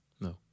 No